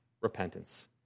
repentance